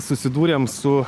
susidūrėm su